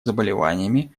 заболеваниями